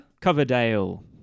Coverdale